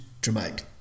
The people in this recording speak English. dramatic